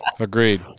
Agreed